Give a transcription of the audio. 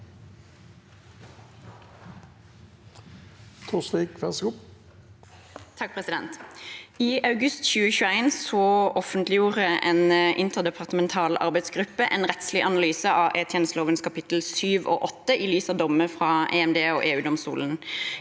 I august 2021 offentliggjorde en interdepartemental arbeidsgruppe en rettslig analyse av etterretningstjenestelovens kapittel 7 og 8 i lys av dommer fra EMD og EUdomstolen.